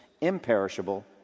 imperishable